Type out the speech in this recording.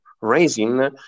raising